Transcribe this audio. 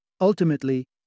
Ultimately